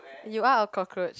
you are a cockroach